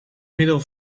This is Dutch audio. middel